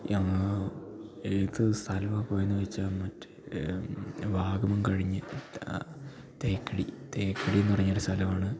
ഞാൻ ഏതു സ്ഥലമാണ് പോയതെന്നു വെച്ചാൽ മറ്റേ വാഗമൺ കഴിഞ്ഞ് തേക്കടി തേക്കടിയെന്നു പറഞ്ഞൊരു സ്ഥലമാണ്